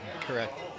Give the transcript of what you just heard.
Correct